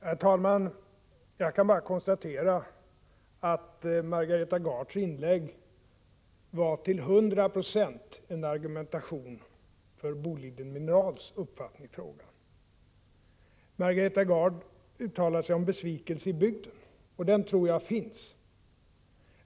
Herr talman! Jag kan bara konstatera att Margareta Gards inlägg till 100 96 var en argumentation för Boliden Minerals uppfattning i frågan. Margareta Gard uttalar sig om besvikelse i bygden, och den tror jag finns.